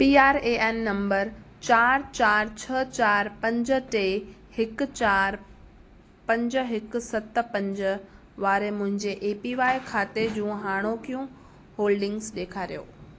P R A N number चार चार छह चार पंज टे हिकु चार पंज हिकु सत पंज वारे मुंहिंजे ए पी वाए खाते जूं हाणोकियूं होल्डिंग्स ॾेखारियो